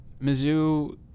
Mizzou